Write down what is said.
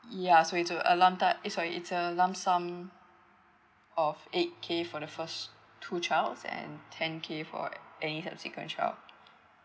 ya so it's uh a lump time eh sorry it's a lump sum of eight K for the first two child and ten K for any subsequent child